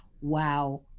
wow